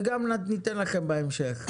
נאפשר לכם בהמשך.